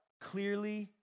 Clearly